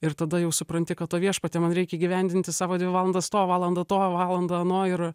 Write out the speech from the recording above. ir tada jau supranti kad o viešpatie man reikia įgyvendinti savo dvi valandas to valandą to valandą ano ir